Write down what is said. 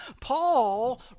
Paul